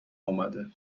اومد